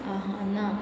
Aahana